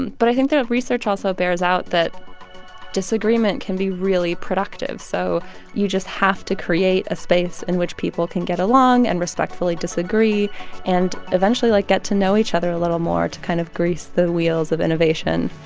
but i think that research also bears out that disagreement can be really productive. so you just have to create a space in which people can get along and respectfully disagree and eventually, like, get to know each other a little more to kind of grease the wheels of innovation